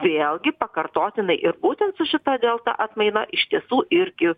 vėlgi pakartotinai ir būtent su šita delta atmaina iš tiesų irgi